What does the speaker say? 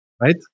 right